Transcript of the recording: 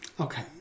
Okay